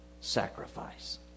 sacrifice